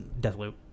Deathloop